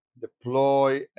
deploy